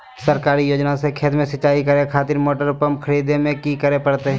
सरकारी योजना से खेत में सिंचाई करे खातिर मोटर पंप खरीदे में की करे परतय?